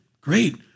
Great